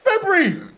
February